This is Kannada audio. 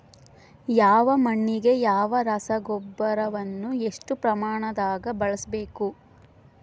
ಯಾವ ಮಣ್ಣಿಗೆ ಯಾವ ರಸಗೊಬ್ಬರವನ್ನು ಎಷ್ಟು ಪ್ರಮಾಣದಾಗ ಬಳಸ್ಬೇಕು?